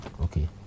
Okay